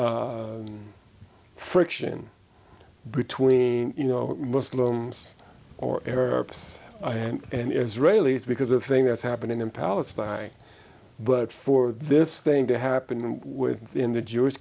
always friction between you know muslims or arabs and israelis because of thing that's happening in palestine but for this thing to happen and within the jewish